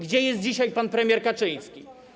Gdzie jest dzisiaj pan premier Kaczyński?